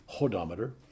hodometer